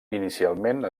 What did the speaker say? inicialment